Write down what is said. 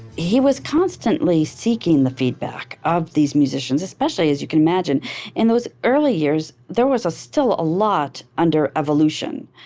he was constantly seeking the feedback of these musicians, especially as you can imagine in those early years there was still a still a lot under evolution,